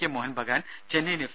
K Mohun Bagan Chennaiyin F